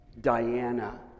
Diana